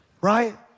Right